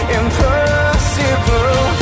impossible